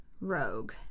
Rogue